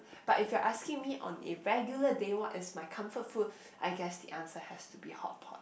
but if you are asking on a regular day one as my comfort food I guess the answer has to be hotpot